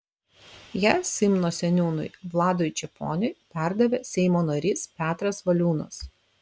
ją simno seniūnui vladui čeponiui perdavė seimo narys petras valiūnas